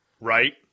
Right